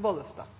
vedtatt. Det er